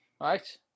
Right